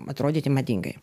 atrodyti madingai